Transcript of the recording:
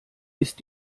ist